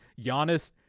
Giannis